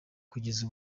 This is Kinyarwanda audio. kugeza